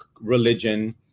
religion